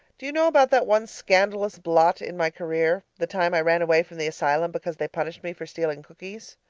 do you know about that one scandalous blot in my career the time i ran away from the asylum because they punished me for stealing cookies?